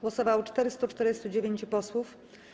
Głosowało 449 posłów.